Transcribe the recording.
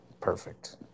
perfect